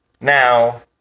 now